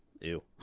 Ew